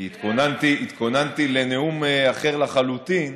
כי התכוננתי לנאום אחר לחלוטין,